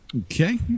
okay